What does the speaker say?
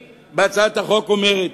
מי שנפגע מכך הוא האזרח.